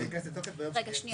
רגע, שנייה.